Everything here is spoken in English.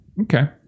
Okay